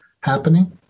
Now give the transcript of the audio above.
happening